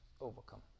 overcome